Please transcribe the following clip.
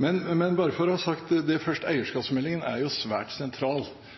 Bare for å ha sagt det først: Eierskapsmeldingen er svært sentral